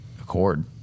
accord